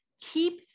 Keep